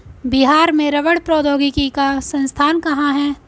बिहार में रबड़ प्रौद्योगिकी का संस्थान कहाँ है?